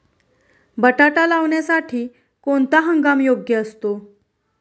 बटाटा लावण्यासाठी कोणता हंगाम योग्य असतो?